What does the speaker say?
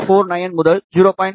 49 முதல் 0